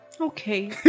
Okay